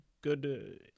good